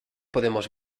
podemos